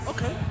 Okay